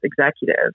executive